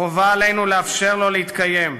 חובה עלינו לאפשר לו להתקיים.